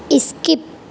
skip